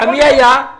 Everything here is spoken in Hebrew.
אני הייתי